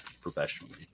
professionally